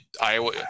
Iowa